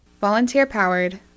Volunteer-powered